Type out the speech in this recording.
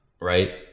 Right